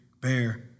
bear